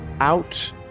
out